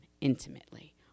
intimately